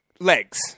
Legs